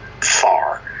far